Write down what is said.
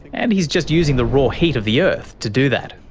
and he's just using the raw heat of the earth to do that.